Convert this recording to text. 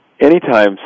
anytime